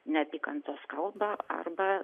neapykantos kalbą arba